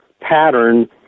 pattern